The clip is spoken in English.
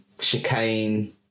chicane